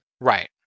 Right